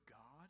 God